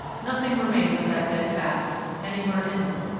nothing remains of that dead past, anywhere inland,